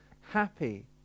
happy